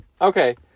Okay